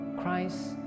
Christ